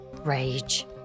rage